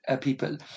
people